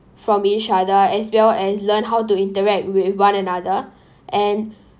from each other as well as learn how to interact with one another and